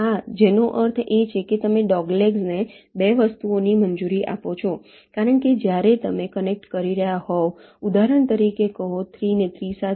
આ જેનો અર્થ એ છે કે તમે ડોગલેગ્સને 2 વસ્તુઓની મંજૂરી આપો છો કારણ કે જ્યારે તમે કનેક્ટ કરી રહ્યાં હોવ ઉદાહરણ તરીકે કહો 3 ને 3 સાથે